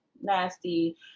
nasty